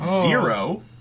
Zero